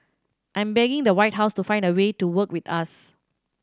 I'm begging the White House to find a way to work with us